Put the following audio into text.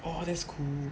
oh that's cool